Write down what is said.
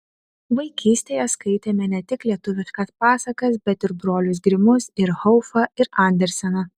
vaikystėje skaitėme ne tik lietuviškas pasakas bet ir brolius grimus ir haufą ir anderseną